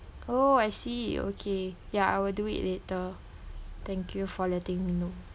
oh I see okay yeah I will do it later thank you for letting me know